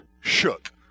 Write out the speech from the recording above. shook